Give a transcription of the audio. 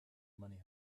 money